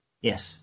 Yes